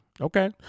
Okay